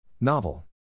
Novel